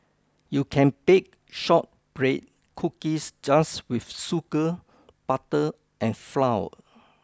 you can bake shortbread cookies just with sugar butter and flour